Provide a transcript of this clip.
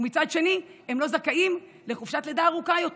ומצד שני הם לא זכאים לחופשת לידה ארוכה יותר.